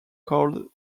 called